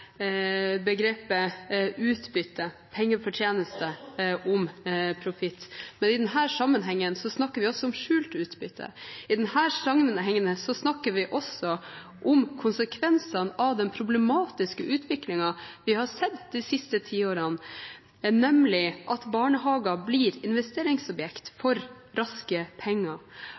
begrepet «utbytte», pengefortjeneste, om profitt. Men i denne sammenheng snakker vi også om skjult utbytte, i denne sammenheng snakker vi også om konsekvensene av den problematiske utviklingen vi har sett de siste ti årene, nemlig at barnehager blir investeringsobjekt for raske penger,